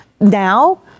now